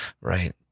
Right